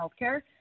healthcare